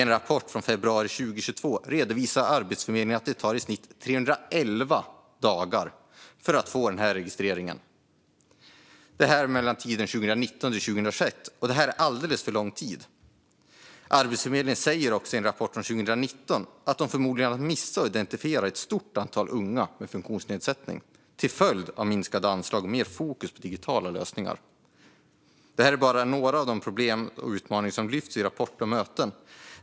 I en rapport från februari 2022 redovisar Arbetsförmedlingen att det i snitt tar 311 dagar för att få denna registrering, utgående från perioden 2019-2021. Det är alldeles för lång tid. I en rapport från 2019 säger också Arbetsförmedlingen att de förmodligen har missat att identifiera ett stort antal unga med funktionsnedsättning till följd av minskade anslag och mer fokus på digitala lösningar. Det här är bara några av alla problem och utmaningar som lyfts i rapporter och möten.